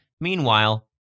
Meanwhile